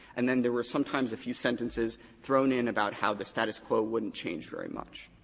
and then there were sometimes a few sentences thrown in about how the status quo wouldn't change very much.